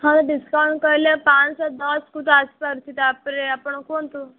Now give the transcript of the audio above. ଥରେ ଡିସ୍କାଉଣ୍ଟ୍ କହିଲେ ପାଞ୍ଚଶହ ଦଶକୁ ତ ଆସି ପାରୁଛି ତ ତା ପରେ ଆପଣ କୁହନ୍ତୁ